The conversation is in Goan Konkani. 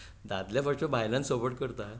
दादलेच बायलांक सपोर्ट करतात